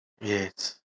Yes